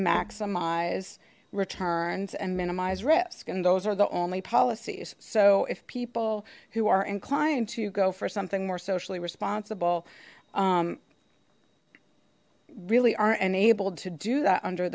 maximize returns and minimize risk and those are the only policies so if people who are inclined to go for something more socially responsible really aren't enabled to do that under